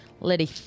Liddy